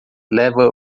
leva